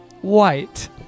white